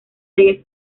diez